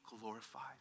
glorified